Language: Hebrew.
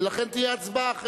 ולכן תהיה הצבעה.